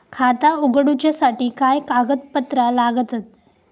खाता उगडूच्यासाठी काय कागदपत्रा लागतत?